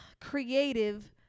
creative